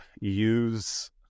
use